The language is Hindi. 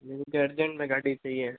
मेरे को अर्जेंट में गाड़ी चाहिए